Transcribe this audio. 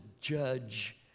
judge